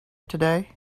today